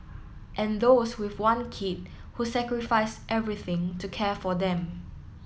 and those with one kid who sacrifice everything to care for them